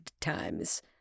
times